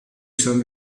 san